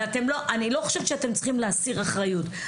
ואני לא חושבת שאתם צריכים להסיר אחריות,